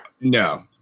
no